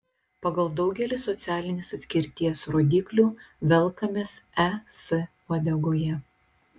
pagal daugelį socialinės atskirties rodiklių velkamės es uodegoje